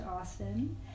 Austin